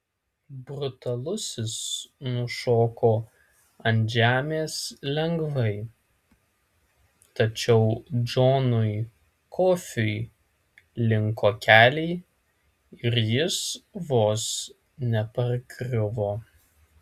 brutalusis nušoko ant žemės lengvai tačiau džonui kofiui linko keliai ir jis vos nepargriuvo